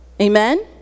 Amen